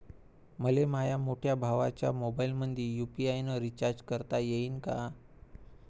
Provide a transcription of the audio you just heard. मले माह्या मोठ्या भावाच्या मोबाईलमंदी यू.पी.आय न रिचार्ज करता येईन का?